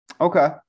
Okay